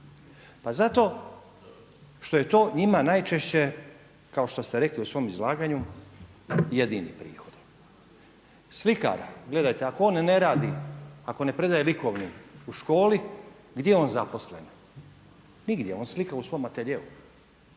Pa zato što je to njima najčešće kao što ste rekli u svom izlaganju jedini prihod. Slikara, gledajte ako on ne radi ako ne predaje likovni u školi, gdje je on zaposlen? Nigdje, on slika u svom ateljeu